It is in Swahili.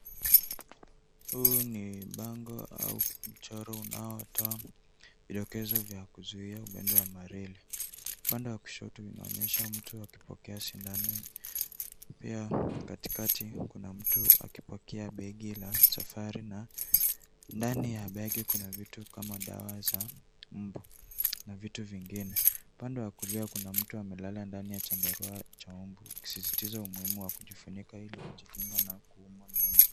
Huu ni bango au mchoro unaotoa vidokezo vya kuzuia ugonjwa wa malaria. Upande wa kushota unaonyesha mtu akipokea shindano hili pia katikati kuna mtu akipakia begi la safari na ndani ya begi kuna vitu kama dawa za mbu na vitu vingine. Upande wa kulia kuna mtu amelala ndani ya chandarua cha mbu kusisitiza umuhimu wa kujifunika ili kujikanga na kuumwa na mbu.